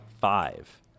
five